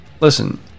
Listen